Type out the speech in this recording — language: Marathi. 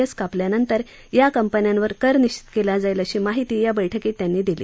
एस कापल्यानंतर या कंपन्यावर कर निश्वित क्ला जाईल अशी माहिती या बैठकीत त्यांनी दिली